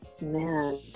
man